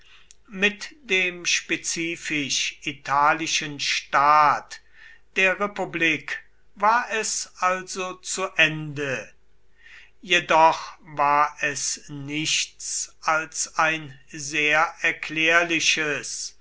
mit dem spezifisch italischen staat der republik war es also zu ende jedoch war es nichts als ein sehr erklärliches